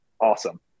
Awesome